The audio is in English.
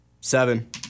Seven